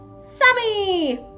Sammy